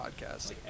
podcast